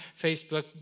Facebook